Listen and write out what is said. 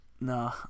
No